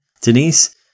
Denise